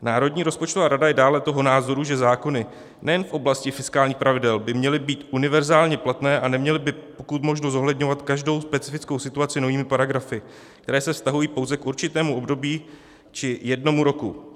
Národní rozpočtová rada je dále toho názoru, že zákony nejen v oblasti fiskálních pravidel by měly být univerzálně platné a neměly by pokud možno zohledňovat každou specifickou situaci novými paragrafy, které se vztahují pouze k určitému období či jednomu roku.